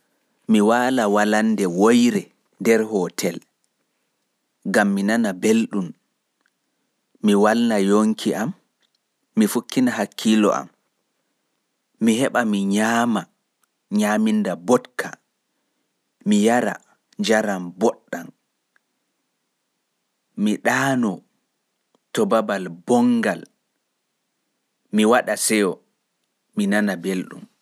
Ndikka mi wala walande woire nder hotel gam misiwto mi nana belɗun, mi welna yonki am. Mi fukkina hakkiilo am, mi heɓa mi nyaama nyaaminda botka to babal boɗngal.